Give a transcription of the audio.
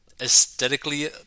aesthetically